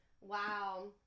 Wow